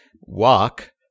walk